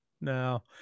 No